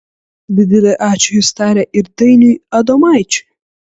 didelį ačiū jis taria ir dainiui adomaičiui